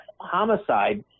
homicide